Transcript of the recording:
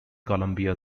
columbia